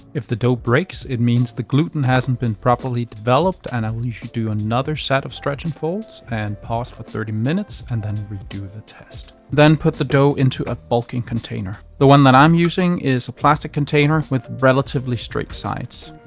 if the dough breaks it means the gluten hasn't been properly developed and and you should do another set of stretch unfolds and pause for thirty minutes and then redo the test. then put the dough into a bulking container. the one that i'm using is a plastic container with relatively straight sides.